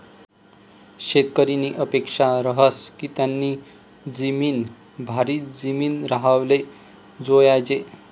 शेतकरीनी अपेक्सा रहास की त्यानी जिमीन भारी जिमीन राव्हाले जोयजे